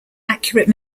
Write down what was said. accurate